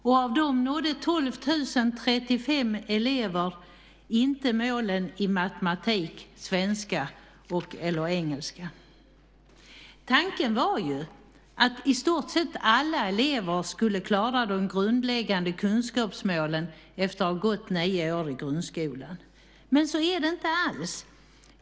Av dessa elever nådde 12 035 inte målen i matematik, svenska och/eller engelska. Tanken var att i stort sett alla elever skulle klara de grundläggande kunskapsmålen efter att ha gått nio år i grundskolan. Men så är det inte alls.